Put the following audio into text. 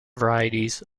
varieties